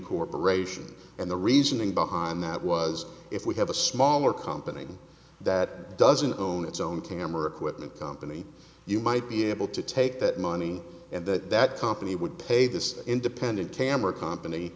corporation and the reasoning behind that was if we have a smaller company that doesn't own its own camera equipment company you might be able to take that money and that that company would pay this independent camera kompany